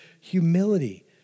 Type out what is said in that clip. humility